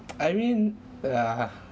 I mean ah